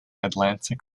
atlantic